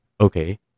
Okay